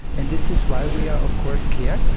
and this is why we are of course scared,